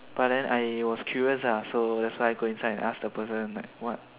but then I was curious ah so that's why I go inside and ask the person like what